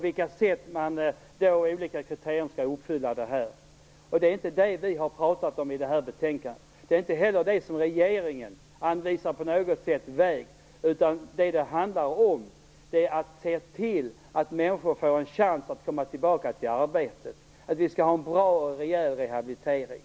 Vi vet vilka olika kriterier som skall uppfyllas. Det är inte detta som vi talar om i det här betänkandet. Det är inte heller så att regeringen på något sätt anvisar den vägen. Vad det handlar om är i stället att se till att människor får en chans att komma tillbaka till arbetet. Det skall finnas en bra och rejäl rehabilitering.